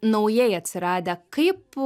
naujai atsiradę kaip